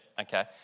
okay